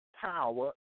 power